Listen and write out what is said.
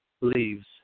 leaves